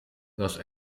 los